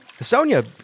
Sonia